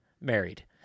married